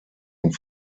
und